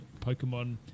Pokemon